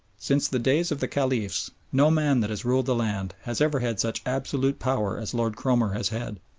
since the days of the caliphs no man that has ruled the land has ever had such absolute power as lord cromer has had.